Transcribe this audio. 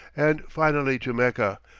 and finally to mecca,